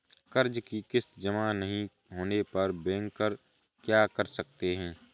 कर्ज कि किश्त जमा नहीं होने पर बैंकर क्या कर सकते हैं?